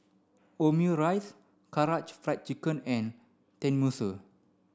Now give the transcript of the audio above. Omurice Karaage Fried Chicken and Tenmusu